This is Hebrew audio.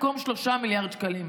במקום 3 מיליארד שקלים.